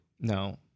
No